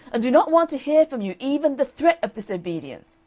i do not want to hear from you even the threat of disobedience.